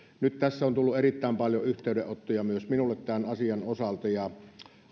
nyt tässä on tullut erittäin paljon yhteydenottoja myös minulle tämän asian osalta ja